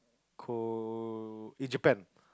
Ko~ in Japan